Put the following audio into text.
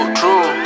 true